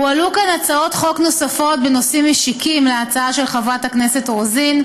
הועלו כאן הצעות חוק נוספות בנושאים משיקים להצעה של חברת הכנסת רוזין.